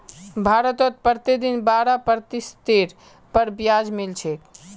भारतत प्रतिदिन बारह प्रतिशतेर पर ब्याज मिल छेक